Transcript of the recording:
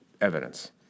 evidence